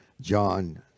john